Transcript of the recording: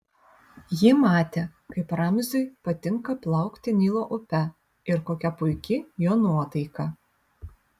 ji matė kaip ramziui patinka plaukti nilo upe ir kokia puiki jo nuotaika